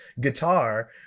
guitar